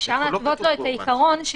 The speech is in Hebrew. אפשר להתוות לו את העיקרון,